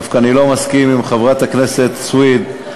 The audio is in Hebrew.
דווקא אני לא מסכים עם חברת הכנסת סויד.